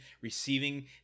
receiving